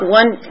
one